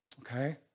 Okay